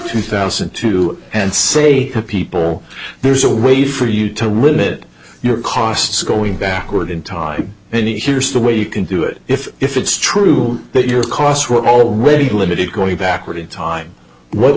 two thousand and two and say to people there's a way for you to limit your costs going backward in time and here's the way you can do if if it's true that your costs were already limited going backward in time what